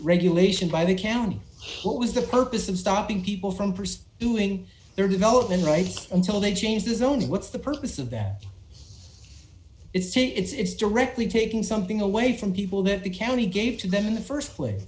regulation by the county what was the purpose of stopping people from pursuing their development rights until they changed the zoning what's the purpose of that is to it's directly taking something away from people that the county gave to them in the st place